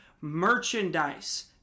merchandise